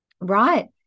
right